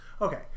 okay